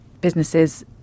Businesses